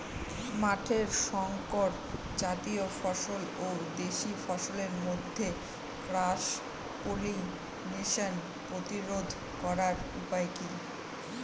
মাঠের শংকর জাতীয় ফসল ও দেশি ফসলের মধ্যে ক্রস পলিনেশন প্রতিরোধ করার উপায় কি?